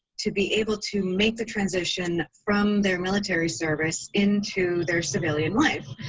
to be able to make the transition from their military service into their civilian life.